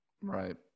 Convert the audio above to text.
Right